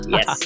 Yes